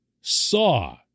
saw